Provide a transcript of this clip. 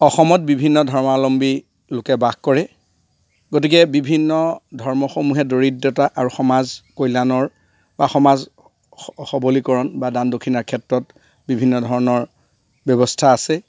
অসমত বিভিন্ন ধৰ্মাৱলম্বী লোকে বাস কৰে গতিকে বিভিন্ন ধৰ্মসমূহে দৰিদ্ৰতা আৰু সমাজ কল্যাণৰ বা সমাজ সবলীকৰণ বা দান দক্ষিণাৰ ক্ষেত্ৰত বিভিন্ন ধৰণৰ ব্যৱস্থা আছে